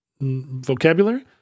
vocabulary